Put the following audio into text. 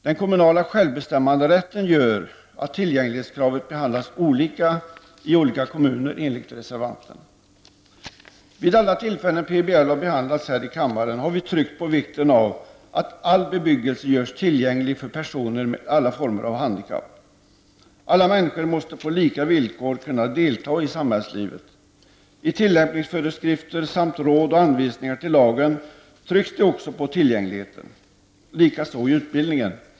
Den kommunala självbestämmanderätten gör att tillgänglighetskravet behandlas olika i olika kommuner enligt reservanten. Vid alla tillfällen som PBL har behandlats här i kammaren har vi tryckt på vikten av att all bebyggelse görs tillgänglig för personer med alla former av handikapp. Alla människor måste på lika villkor kunna delta i samhällslivet. I tillämpningsföreskrifter samt i råd och anvisningar till lagen trycks det också på tillgängligheten. Det gäller också i utbildningen.